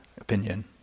opinion